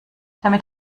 damit